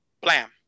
blam